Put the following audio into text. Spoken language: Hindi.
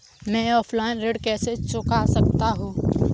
मैं ऑफलाइन ऋण कैसे चुका सकता हूँ?